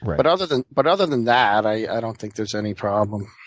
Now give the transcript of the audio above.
but other than but other than that, i don't think there's any problem.